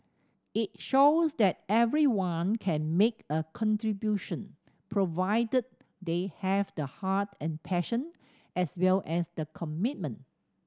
it shows that everyone can make a contribution provided they have the heart and passion as well as the commitment